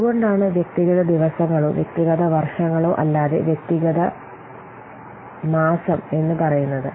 എന്തുകൊണ്ടാണ് വ്യക്തിഗത ദിവസങ്ങളോ വ്യക്തിഗത വർഷങ്ങളോ അല്ലാതെ വ്യക്തിഗത മാസം എന്ന് പറയുന്നത്